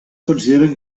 consideren